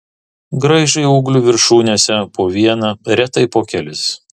graižai ūglių viršūnėse po vieną retai po kelis